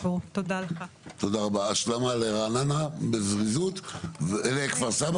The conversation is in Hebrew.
תודה רבה השלמה לכפר סבא בזריזות ואחר